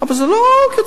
אבל זה לא כצעקתה.